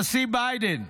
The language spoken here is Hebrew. הנשיא ביידן,